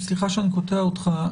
סליחה שאני קוטע אותך,